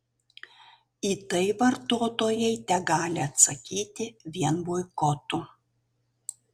į tai vartotojai tegali atsakyti vien boikotu